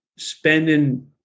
spending